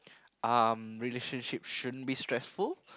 um relationship shouldn't be stressful